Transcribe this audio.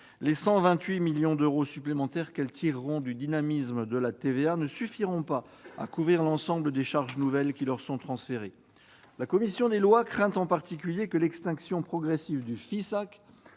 les 128 millions d'euros supplémentaires qu'elles tireront du dynamisme de la TVA ne suffiront pas à couvrir l'ensemble des charges nouvelles qui leur sont transférées. La commission des lois craint en particulier que l'extinction progressive du Fisac